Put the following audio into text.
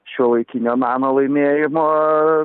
šiuolaikinio meno laimėjimo